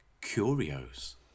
Curios